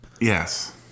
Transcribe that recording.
Yes